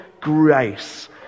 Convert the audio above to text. grace